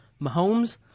Mahomes